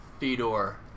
Fedor